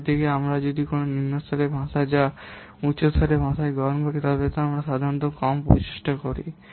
অন্যদিকে যদি আমরা কোন নিম্ন স্তরের ভাষা যা উচ্চ স্তরের ভাষা গ্রহণ করি তবে আমরা সাধারণত কম প্রচেষ্টা করি